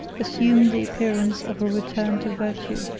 assumed the appearance of a return to virtue.